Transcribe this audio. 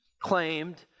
claimed